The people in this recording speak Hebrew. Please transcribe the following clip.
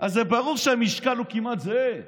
אז ברור שהמשקל כמעט זהה.